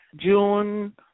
June